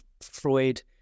Freud